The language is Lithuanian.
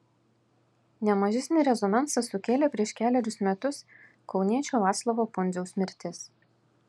ne mažesnį rezonansą sukėlė prieš kelerius metus kauniečio vaclovo pundziaus mirtis